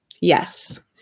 Yes